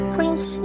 Prince